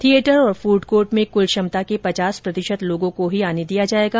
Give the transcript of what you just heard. theatre और food court में कुल क्षमता के पचास प्रतिशत लोगों को ही आने दिया जाएगा